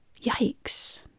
Yikes